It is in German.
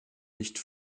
nicht